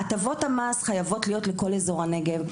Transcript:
הטבות מס חייבות להיות לכל אזור הנגב,